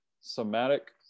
somatic